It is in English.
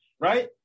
Right